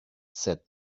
said